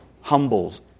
humbles